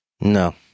No